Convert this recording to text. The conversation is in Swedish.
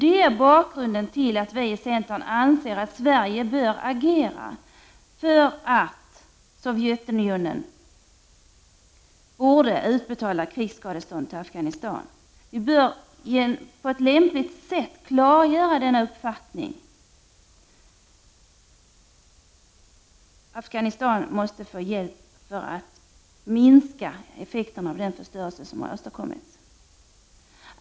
Detta är bakgrunden till att vi i centern anser att Sverige bör agera genom att på lämpligt sätt klargöra vår uppfattning att Sovjetunionen skall utbetala krigsskadestånd till Afghanistan för att minska effekterna av den förstörelse som har åstadkommits.